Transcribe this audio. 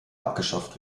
abgeschafft